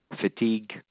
fatigue